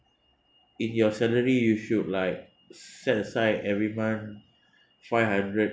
in your salary you should like set aside every month five hundred